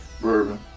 Bourbon